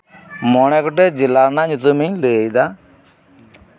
ᱢᱚᱬᱮ ᱜᱚᱴᱮᱡ ᱡᱮᱞᱟ ᱨᱮᱭᱟᱜ ᱧᱩᱛᱩᱢᱤᱧ ᱞᱟᱹᱭᱮᱫᱟ